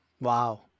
Wow